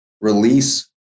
release